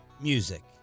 music